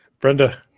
brenda